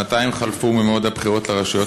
שנתיים חלפו ממועד הבחירות לרשויות